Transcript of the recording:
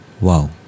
wow